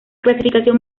clasificación